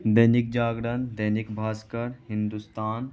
Dainik Jagran Dainik Bhaskar Hindustan